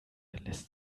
lässt